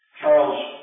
Charles